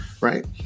right